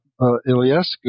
Iliescu